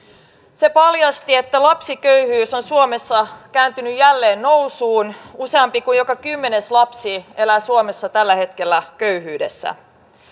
se paljasti että lapsiköyhyys on suomessa kääntynyt jälleen nousuun useampi kuin joka kymmenes lapsi elää suomessa tällä hetkellä köyhyydessä